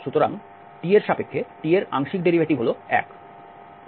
সুতরাং t এর সাপেক্ষে t এর আংশিক ডেরিভেটিভ হল এক